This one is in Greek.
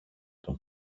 τον